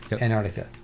Antarctica